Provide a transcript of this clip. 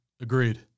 Agreed